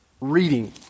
reading